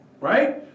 right